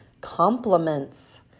compliments